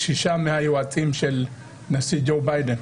שישה מהיועצים של הנשיא ג'ו ביידן,